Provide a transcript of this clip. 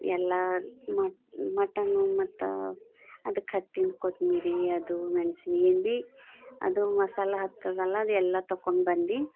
ಎಲ್ಲ ಮಟನು ಮತ್ತು ಅದಕ್ಕೆ ಹಾಕ್ತೀನಿ ಕೊತ್ತಂಬ್ರಿ ಅದು ಮೆಣಸು ಏನು ಭೀ ಅದು ಮಸಾಲ ಹಾಕ್ತದಲ್ಲ ಅದು ಎಲ್ಲ ತಗೊಂಡ್ಬಂದು